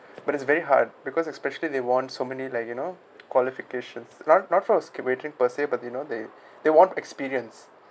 but it's very hard because especially they want so many like you know qualifications not not for per se but you know they they want experience